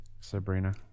Sabrina